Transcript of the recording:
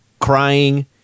crying